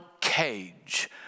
cage